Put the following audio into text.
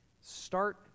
Start